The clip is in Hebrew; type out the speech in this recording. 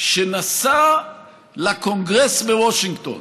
שנסע לקונגרס בוושינגטון